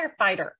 firefighter